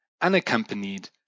Unaccompanied